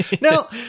Now